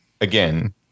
again